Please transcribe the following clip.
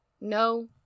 no